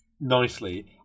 nicely